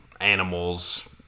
animals